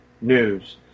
News